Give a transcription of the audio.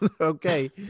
okay